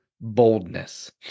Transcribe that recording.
boldness